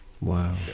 Wow